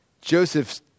Joseph